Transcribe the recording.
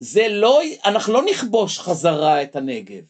זה לא, אנחנו לא נכבוש חזרה את הנגב.